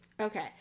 Okay